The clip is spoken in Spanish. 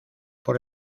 por